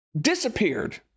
disappeared